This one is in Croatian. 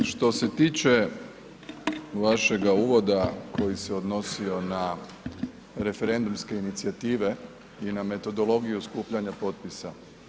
Što se tiče vašega uvoda koji se odnosio na referendumske inicijative i na metodologiju skupljanja potpisa.